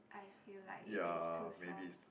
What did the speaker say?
I feel like it is too soft